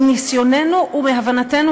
מניסיוננו ומהבנתנו,